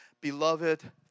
Beloved